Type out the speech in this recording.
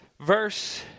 verse